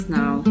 now